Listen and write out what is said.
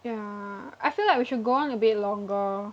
yeah I feel like we should go on a bit longer